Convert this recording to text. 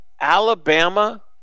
Alabama